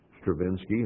Stravinsky